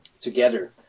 together